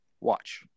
watch